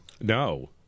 No